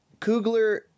Coogler